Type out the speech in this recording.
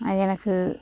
அது எனக்கு